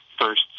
first